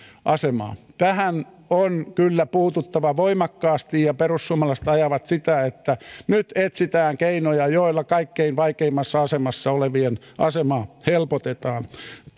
asemaa tähän on kyllä puututtava voimakkaasti ja perussuomalaiset ajavat sitä että nyt etsitään keinoja joilla kaikkein vaikeimmassa asemassa olevien asemaa helpotetaan